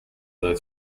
though